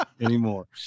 anymore